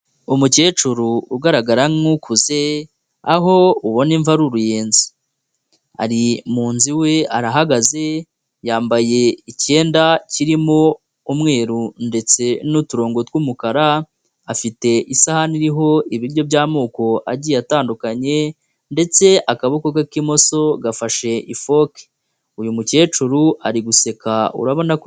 Umukecuru ugaragara nk'ukuze aho ubona imvi ari uruyenzi, ari mu nzu iwe arahagaze yambaye icyenda kirimo umweru ndetse n'uturongo tw'umukara, afite isahane iriho ibiryo by'amoko agiye atandukanye ndetse akaboko ke k'imoso gafashe ifoke, uyu mukecuru ari guseka urabona ko....